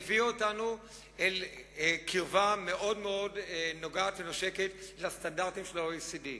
הביאו אותנו אל קרבה מאוד נוגעת ונושקת לסטנדרטים של ה-OECD.